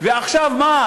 ועכשיו מה,